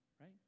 right